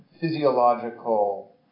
physiological